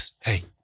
Hey